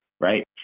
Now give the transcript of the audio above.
right